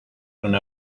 una